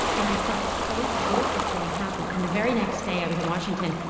and i felt so guilty feeling happy and the very next day, i was in washington.